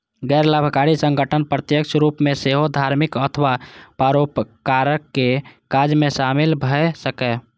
गैर लाभकारी संगठन प्रत्यक्ष रूप सं सेहो धार्मिक अथवा परोपकारक काज मे शामिल भए सकैए